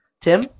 Tim